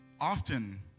Often